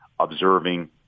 observing